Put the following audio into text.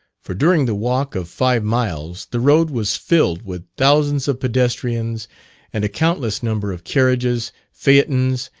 for during the walk of five miles the road was filled with thousands of pedestrians and a countless number of carriages, phaetons,